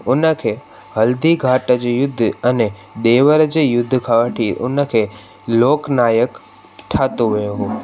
उनखे हल्दीघाटी जी युद्ध अने ॾेवर जे युद्ध खां वठी उनखे लोकनायक ठाहियो वियो हो